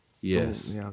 Yes